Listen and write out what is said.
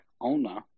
owner